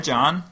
John